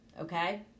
Okay